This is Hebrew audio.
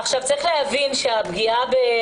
עכשיו, צריך להבין שהפגיעה